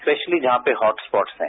freshly जहां पर hot spot हैं